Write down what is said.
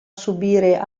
subire